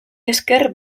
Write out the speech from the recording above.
esker